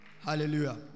Hallelujah